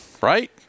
right